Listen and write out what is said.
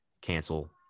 cancel